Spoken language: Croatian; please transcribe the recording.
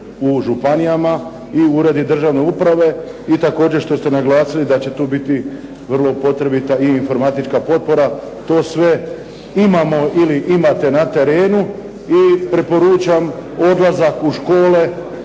u županijama i uredi državne uprave. I također što ste naglasili da će tu biti vrlo potrebita i informatička potpora, to sve imamo ili imate na terenu i preporučam odlazak u škole,